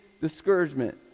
discouragement